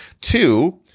Two